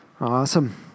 Awesome